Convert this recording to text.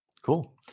Cool